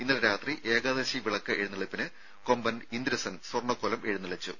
ഇന്നലെ രാത്രി ഏകാദശി വിളക്ക് എഴു ന്നള്ളിപ്പിന് കൊമ്പൻ ഇന്ദ്രസെൻ സ്വർണ്ണക്കോലം എഴു ന്നള്ളിച്ചു